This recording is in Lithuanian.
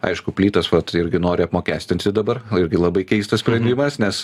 aišku plytas vat irgi nori apmokestinti dabar irgi labai keistas sprendimas nes